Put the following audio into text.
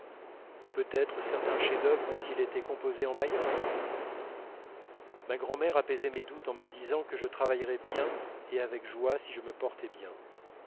peut-être certains chefs-d'œuvre ont-ils été composés en bâillant ma grand'mère apaisait mes doutes en me disant que je travaillerais bien et avec joie si je me portais bien